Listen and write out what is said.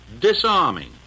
disarming